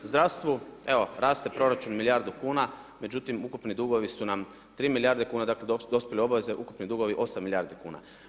Zdravstvu evo raste proračun milijardu kuna, međutim ukupni dugovi su nam 3 milijarde kuna, dakle dospjele obaveze, ukupni dugovi 8 milijardi kuna.